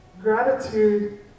Gratitude